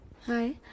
Hi